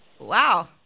Wow